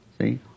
See